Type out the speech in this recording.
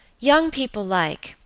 young people like,